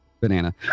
banana